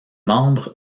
membre